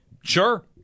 Sure